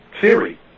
theory